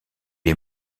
est